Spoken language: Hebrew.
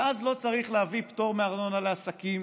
ואז לא צריך להביא פטור מארנונה לעסקים